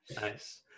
Nice